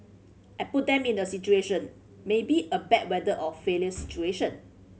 I put them in a situation maybe a bad weather or failure situation